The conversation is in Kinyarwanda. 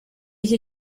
iki